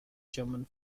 german